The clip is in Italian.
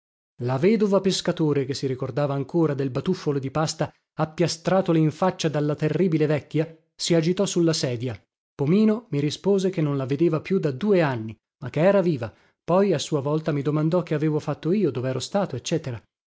la vedova pescatore che si ricordava ancora del batuffolo di pasta appiastratole in faccia dalla terribile vecchia si agitò sulla sedia pomino mi rispose che non la vedeva più da due anni ma che era viva poi a sua volta mi domandò che avevo fatto io dovero stato